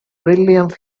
brilliance